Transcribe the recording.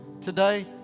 today